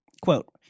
quote